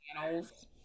panels